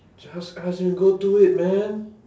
just ask you go do it man